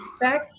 Back